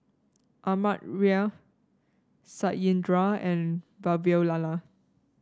Amartya Satyendra and Vavilala